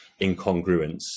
incongruence